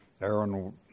Aaron